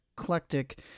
eclectic